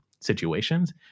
situations